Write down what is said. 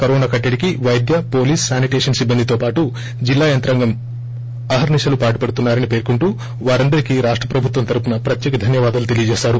corona కట్లడికి వైద్య police sanitation సిబ్బందితో పాటు జిల్లా యంత్రాంగం అహర్ని శలు పాటుపడుతున్నా రని పర్కొంటూ వారందరికీ రాష్ట ప్రభుత్వం తరపున ప్రత్యేక ధన్యవాదాలు తెలియజేశారు